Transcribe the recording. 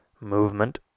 movement